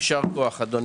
הישיבה ננעלה בשעה 10:00